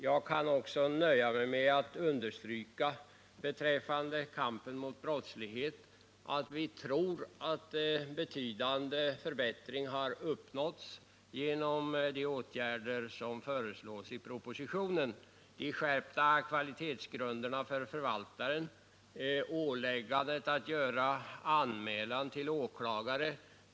Jag kan också nöja mig med att beträffande kampen mot brottslighet understryka att vi tror att en betydande förbättring har uppnåtts genom de åtgärder som föreslås i propositionen — de skärpta kvalitetsgrunderna för förvaltaren och åläggandet att göra anmälan till åklagare.